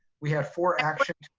we have four actions.